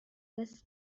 this